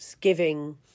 giving